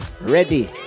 ready